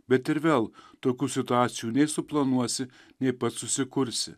bet ir vėl tokių situacijų nei suplanuosi nei pats susikursi